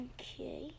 Okay